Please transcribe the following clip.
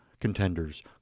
contenders